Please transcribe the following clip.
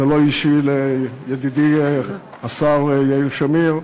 זה לא אישי לידידי השר יאיר שמיר.